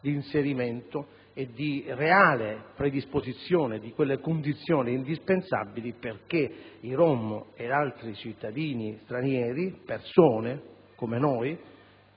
di inserimento e di reale predisposizione di quelle condizioni indispensabili affinché i rom e altri cittadini stranieri, che sono persone come noi,